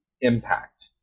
impact